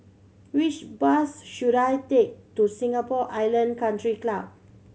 which bus should I take to Singapore Island Country Club